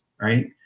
Right